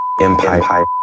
empire